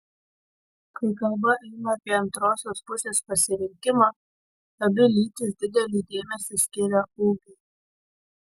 kai kalba eina apie antrosios pusės pasirinkimą abi lytys didelį dėmesį skiria ūgiui